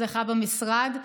אצלך במשרד,